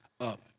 up